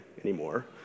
anymore